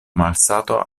malsato